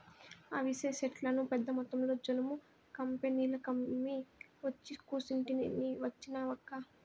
అవిసె సెట్లను పెద్దమొత్తంలో జనుము కంపెనీలకమ్మి ఒచ్చి కూసుంటిని నీ వచ్చినావక్కా